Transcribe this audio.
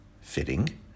fitting